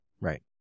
Right